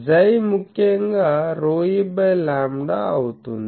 𝝌 ముఖ్యంగా ρeలాంబ్డా అవుతుంది